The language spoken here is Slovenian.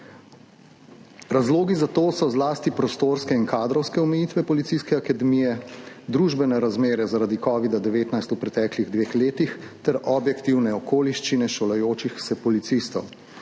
Razlogi za to so zlasti prostorske in kadrovske omejitve policijske akademije, družbene razmere zaradi covida 19 v preteklih dveh letih ter objektivne okoliščine šolajočih se policistov.